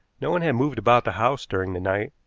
no one had moved about the house during the night,